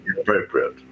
appropriate